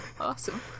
Awesome